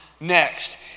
next